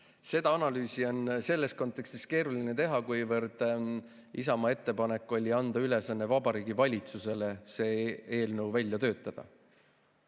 Seda analüüsi on selles kontekstis keeruline teha, kuivõrd Isamaa ettepanek oli anda Vabariigi Valitsusele ülesanne see eelnõu välja töötada.